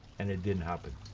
and it didn't happen.